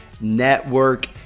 network